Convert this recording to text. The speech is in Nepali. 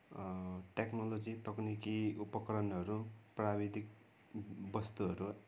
टेक्नोलोजी त्यो पनि केही उपकरणहरू प्राविधिक वस्तुहरू